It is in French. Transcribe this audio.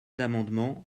d’amendements